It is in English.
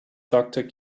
doctor